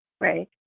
right